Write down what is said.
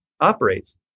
operates